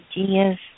ideas